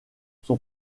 son